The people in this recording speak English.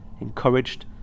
encouraged